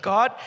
God